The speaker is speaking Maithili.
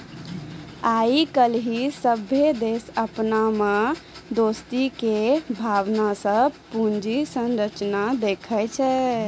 आइ काल्हि सभ्भे देश अपना मे दोस्ती के भावना से पूंजी संरचना के देखै छै